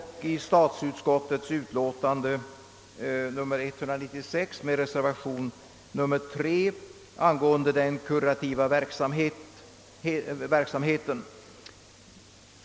Beträffande statsutskottets utlåtande nr 196 kommer jag att stödja reservationen 3 angående den kurativa verksamheten.